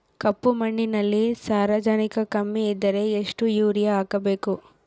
ಕಪ್ಪು ಮಣ್ಣಿನಲ್ಲಿ ಸಾರಜನಕ ಕಮ್ಮಿ ಇದ್ದರೆ ಎಷ್ಟು ಯೂರಿಯಾ ಹಾಕಬೇಕು?